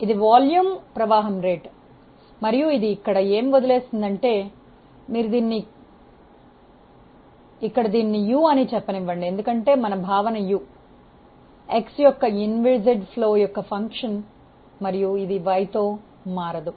ఇది వాల్యూమ్ ప్రవాహం రేటు మరియు ఇది ఇక్కడ ఏమి వదిలేస్తుంది అంటే మీరు ఇక్కడ u అని చెప్పనివ్వండి ఎందుకంటే u x యొక్క ఫంక్షన్ ఇన్విసిడ్ ప్రవాహం యొక్క భావన మరియు ఇది y తో మారదు